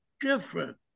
different